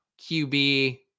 QB